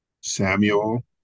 Samuel